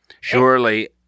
Surely